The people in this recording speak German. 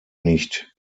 nicht